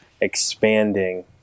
expanding